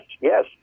yes